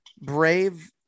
brave